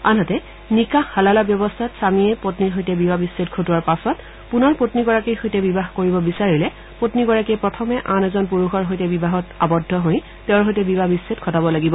আনহাতে নিকাহ হালালা ব্যৱস্থাত স্বামীয়ে স্বীৰ সৈতে বিবাহ বিচ্ছেদ ঘটোৱাৰ পাছত পুনৰ তেওঁৰ সৈতে বিবাহ কৰিব বিচাৰিলে পন্নীগৰাকীয়ে প্ৰথমে আন এজন পুৰুষৰ সৈতে বিবাহত আবদ্ধ হৈ তেওঁৰ সৈতে বিবাহ বিচ্ছেদ ঘটাব লাগিব